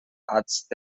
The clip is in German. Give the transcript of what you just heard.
arzt